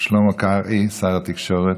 שלמה קרעי, שר התקשורת.